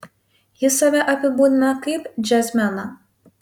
jis save apibūdina kaip džiazmeną